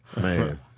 Man